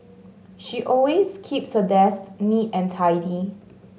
she always keeps her desk neat and tidy